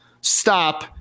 stop